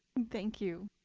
thank you.